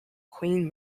queen